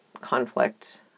conflict